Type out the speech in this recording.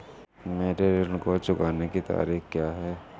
मेरे ऋण को चुकाने की तारीख़ क्या है?